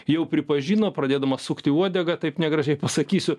jau pripažino pradėdamas sukti uodegą taip negražiai pasakysiu